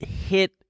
hit